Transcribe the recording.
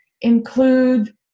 include